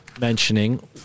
mentioning